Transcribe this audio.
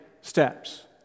steps